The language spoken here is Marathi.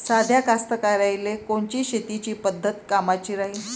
साध्या कास्तकाराइले कोनची शेतीची पद्धत कामाची राहीन?